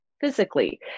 physically